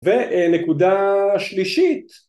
ונקודה שלישית